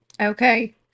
Okay